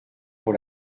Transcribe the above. pour